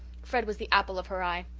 fred was the apple of her eye.